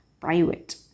private